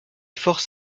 forces